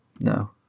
no